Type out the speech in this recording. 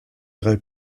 drei